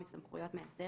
סמכויות הנתונות למאסדר